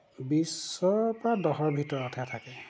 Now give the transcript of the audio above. বিছৰপৰা দহৰ ভিতৰতহে থাকে